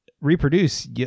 reproduce